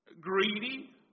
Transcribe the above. greedy